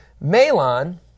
Malon